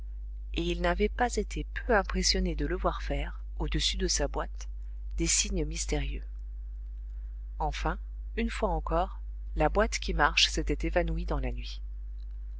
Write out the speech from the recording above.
et il n'avait pas été peu impressionné de le voir faire au-dessus de sa boîte des signes mystérieux enfin une fois encore la boîte qui marche s'était évanouie dans la nuit